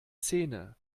zähne